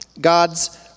God's